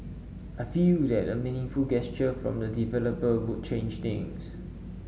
I feel that a meaningful gesture from the developer would change things